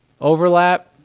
Overlap